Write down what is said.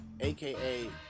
aka